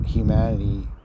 Humanity